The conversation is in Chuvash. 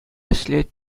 ӗҫлет